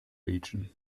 region